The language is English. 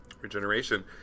Regeneration